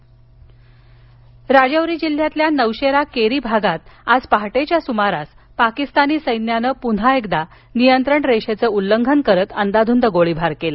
अतिरेकी राजौरी जिल्ह्यातील नौशेरा केरी भागात आज पहाटेच्या सुमारास पाकिस्तानी सैन्यानं पुन्हा एकदा नियंत्रण रेषेचं उल्लंघन करीत अंदाधुंद गोळीबार केला